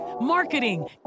marketing